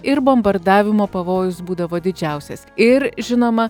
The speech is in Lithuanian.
ir bombardavimo pavojus būdavo didžiausias ir žinoma